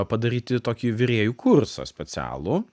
padaryti tokį virėjų kursą specialų